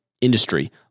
industry